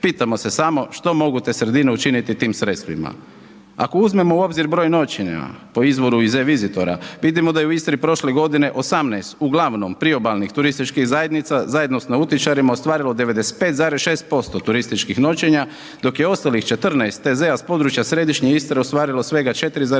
Pitamo se samo što mogu te sredine učiniti tim sredstvima. Ako uzmemo u obzir broj noćenja po izvoru iz e-Visitora, vidimo da je u Istri prošle godine 18 uglavnom priobalnih turističkih zajednica zajedno sa nautičarima ostvarilo 95,6% turističkih noćenja dok je ostalih TZ-a s područja središnje Istre ostvarilo svega 4,4%